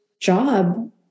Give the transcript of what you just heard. job